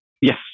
Yes